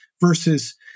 versus